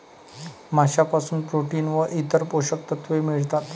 माशांपासून प्रोटीन व इतर पोषक तत्वे मिळतात